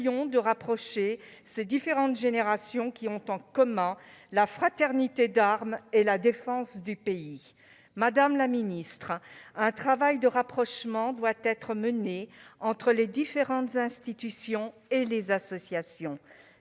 de rapprocher ces différentes générations qui ont en commun la fraternité d'armes et la défense du pays. Madame la ministre, un travail de rapprochement doit être mené entre les différentes institutions et les associations.